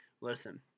Listen